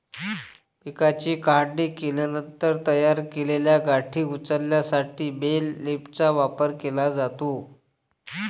पिकाची काढणी केल्यानंतर तयार केलेल्या गाठी उचलण्यासाठी बेल लिफ्टरचा वापर केला जातो